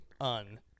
un